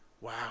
Wow